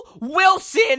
Wilson